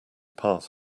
path